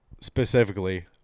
specifically